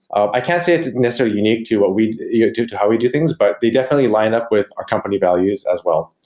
i can't say it's necessarily unique to what we do to how we do things, but they definitely line up with our company values as well.